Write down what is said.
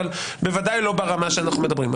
אבל בוודאי לא ברמה שאנחנו מדברים.